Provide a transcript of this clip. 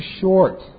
short